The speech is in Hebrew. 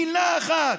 מילה אחת,